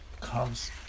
comes